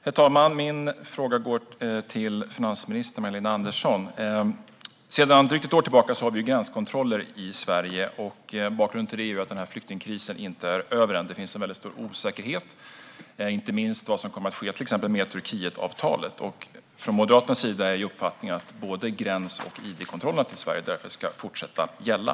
Herr talman! Min fråga går till finansminister Magdalena Andersson. Sedan drygt ett år har vi gränskontroller i Sverige. Bakgrunden till det är att flyktingkrisen inte är över än. Det finns en stor osäkerhet, inte minst om vad som kommer att ske med exempelvis Turkietavtalet. Moderaternas uppfattning är att både gräns och id-kontrollerna till Sverige därför ska fortsätta att gälla.